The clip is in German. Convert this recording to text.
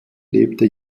lebte